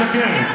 את משקרת.